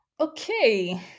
Okay